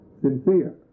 sincere